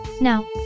Now